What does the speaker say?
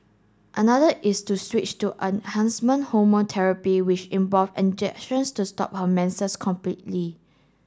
another is to switch to enhancement hormone therapy which involved injections to stop her menses completely